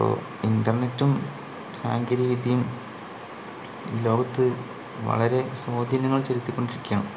അപ്പോൾ ഇൻറ്റർനെറ്റും സാങ്കേതിക വിദ്യയും ലോകത്ത് വളരെ സ്വാധീനങ്ങൾ ചെലുത്തി കൊണ്ടിരിക്കയാണ്